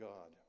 God